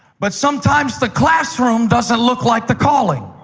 but sometimes the classroom doesn't look like the calling.